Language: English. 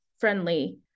friendly